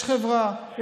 יש חברה,